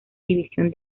división